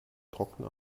trockene